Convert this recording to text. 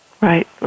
Right